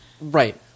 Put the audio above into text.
Right